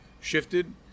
Shifted